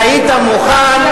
שהיית מוכן,